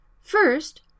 First